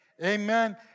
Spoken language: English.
Amen